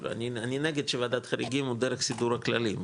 אני נגד שוועדת חריגים הוא דרך סידור הכללים,